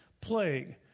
plague